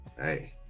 Hey